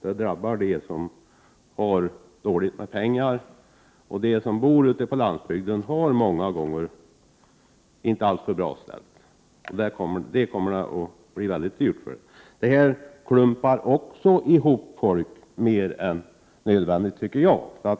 Det drabbar dem som har dåligt med pengar, och de som bor ute på landsbygden har det många gånger inte alltför bra ställt. För dem kommer det att bli väldigt dyrt. Detta klumpar också ihop folk mer än nödvändigt, tycker jag.